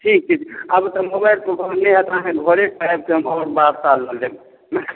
जी जी